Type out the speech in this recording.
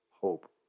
hope